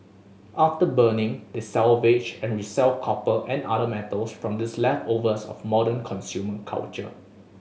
after burning they salvage and resell copper and other metals from these leftovers of modern consumer culture